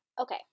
Okay